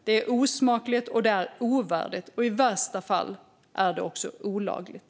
Det är osmakligt och ovärdigt, och i värsta fall är det också olagligt.